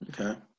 Okay